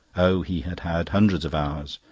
oh, he had had hundreds of hours,